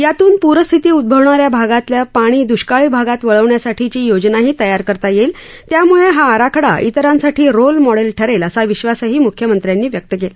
यातून पूरस्थिती उदभवणाऱ्या भागातील पाणी दृष्काळी भागात वळविण्यासाठीची योजनाही तयार करता येईल त्यामूळे हा आराखडा इतरांसाठी रोल मॉडेल ठरेल असा विश्वासही म्ख्यमंत्र्यांनी व्यक्त केला